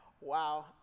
Wow